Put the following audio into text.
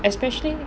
especially